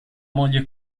moglie